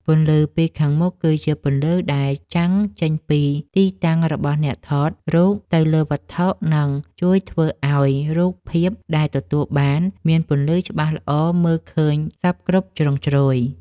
ពន្លឺពីខាងមុខគឺជាពន្លឺដែលចាំងចេញពីទីតាំងរបស់អ្នកថតរូបទៅលើវត្ថុ និង ជួយធ្វើឱ្យរូបភាពដែលទទួលបានមានពន្លឺច្បាស់ល្អមើលឃើញសព្វគ្រប់ជ្រុងជ្រោយ។